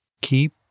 Keep